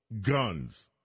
guns